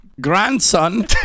grandson